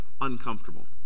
uncomfortable